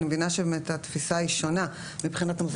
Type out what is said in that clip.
אני מבינה שבאמת התפיסה היא שונה מבחינת המוסדות.